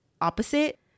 opposite